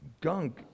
gunk